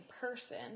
person